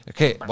Okay